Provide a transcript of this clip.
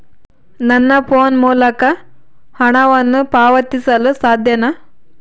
ನನ್ನ ಫೋನ್ ಮೂಲಕ ಹಣವನ್ನು ಪಾವತಿಸಲು ಸಾಧ್ಯನಾ?